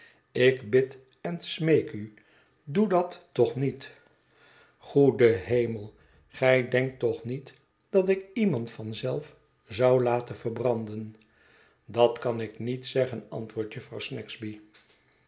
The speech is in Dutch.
ik bid en smeek u doe dat toch niet goede hemel gij denkt toch niet dat ik iemand van zelf zou laten verbranden dat kan ik niet zeggen antwoordt jufvrouw snagsby